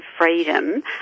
freedom